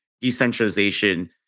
decentralization